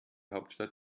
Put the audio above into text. hauptstadt